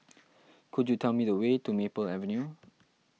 could you tell me the way to Maple Avenue